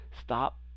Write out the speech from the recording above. stop